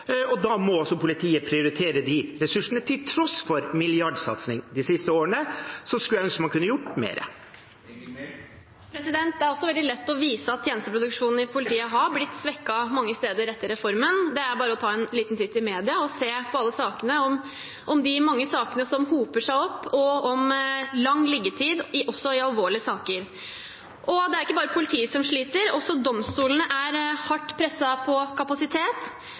og da må politiet prioritere de ressursene. Til tross for milliardsatsing de senere årene, skulle jeg ønske at man kunne gjort mer. Det er også veldig lett å vise at tjenesteproduksjonen i politiet har blitt svekket mange steder etter reformen. Det er bare å ta en liten titt i media og se på alle sakene om de mange sakene som hoper seg opp, og om lang liggetid, også i alvorlige saker. Det er ikke bare politiet som sliter, også domstolene er hardt presset på kapasitet.